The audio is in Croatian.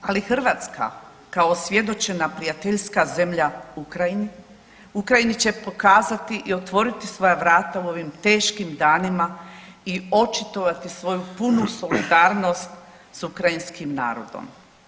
Ali Hrvatska kao svjedočena prijateljska zemlja Ukrajini, Ukrajini će pokazati i otvoriti svoja vrata u ovim teškim danima i očitovati svoju punu solidarnost s ukrajinskim narodom.